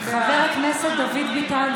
נגד עידית סילמן,